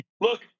look